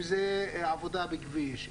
אם זה עבודה בכביש,